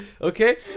Okay